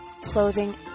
clothing